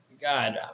God